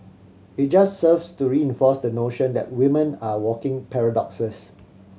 it just serves to reinforce the notion that women are walking paradoxes